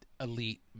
elite